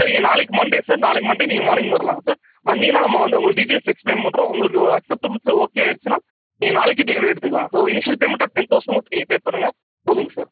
sir நீங்கள் நாளைக்கு Monday sir நாளைக்கு மண்டே நீங்கள் மார்னிங் வரலாங்க சார் வந்தீங்கன்னால் நம்ம வந்து உங்களுக்கு டீட்டைல்ஸ் எக்ஸ்பிளைன் பண்ணுறோம் உங்களுக்கு அக்சப்ட்டபிள்ஸ் ஓகே ஆகிடுச்சின்னா நீங்கள் நாளைக்கே டெலிவரி எடுத்துக்கலாங்க ஒரு இனிஷியல் பேமண்ட்டாக டென் தௌசண்ட் மட்டும் நீங்கள் பே பண்ணுங்க போதுங்க சார்